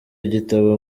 gitabo